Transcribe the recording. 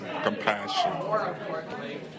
Compassion